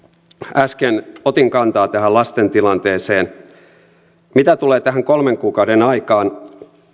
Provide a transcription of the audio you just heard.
äsken otin kantaa tähän lasten tilanteeseen mitä tulee tähän kolmen kuukauden aikaan